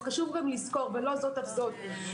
יש לזכור,